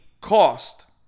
cost